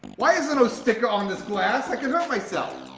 why is there no sticker on this glass? i can hurt myself.